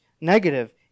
negative